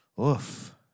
Oof